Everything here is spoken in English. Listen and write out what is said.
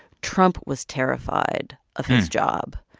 trump was terrified of his job.